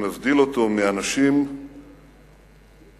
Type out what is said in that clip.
שמבדיל אותו מאנשים מיוחדים